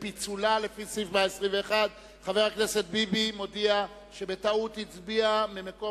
פיצול לפי סעיף 121. חבר הכנסת ביבי מודיע שבטעות הצביע במקום